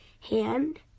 hand